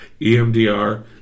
EMDR